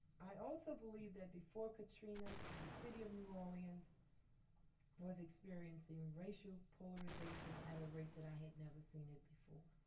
i also believe that before katrina, the city of new orleans was experiencing racial polarization at a rate that i had never seen it before.